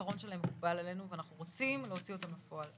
העיקרון שלהן מקובל עלינו ואנחנו רוצים להוציא אותן לפועל,